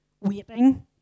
waiting